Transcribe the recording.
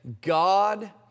God